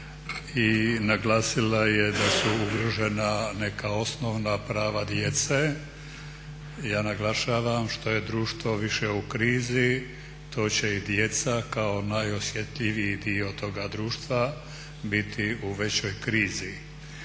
i naglasila je da su ugrožena neka osnovna prava djece. Ja naglašavam, što je društvo više u krizi to će i djeca kao najosjetljiviji dio toga društva biti u većoj krizi.